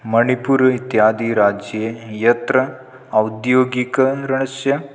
मणिपुर इत्यादिराज्ये यत्र औद्योगिकराज्यं